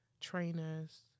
trainers